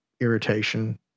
irritation